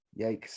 Yikes